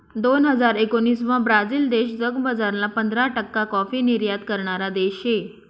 दोन हजार एकोणाविसमा ब्राझील देश जगमझारला पंधरा टक्का काॅफी निर्यात करणारा देश शे